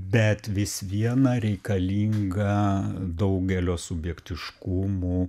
bet vis viena reikalinga daugelio subjektiškumų